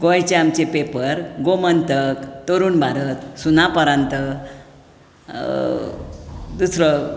गोंयचे आमचे पेपर गोमन्तक तरूण भारत सुनापरान्त दुसरो